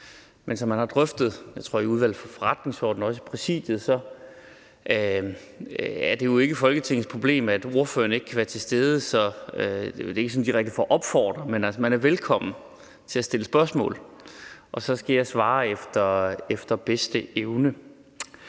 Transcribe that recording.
op. Som man har drøftet i, tror jeg, Udvalget for Forretningsordenen og også i Præsidiet, er det jo ikke Folketingets problem, at en ordfører ikke kan være til stede, og det er ikke sådan direkte for at opfordre til det, men man er velkommen til at stille spørgsmål, og så skal jeg svare efter bedste evne.